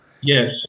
yes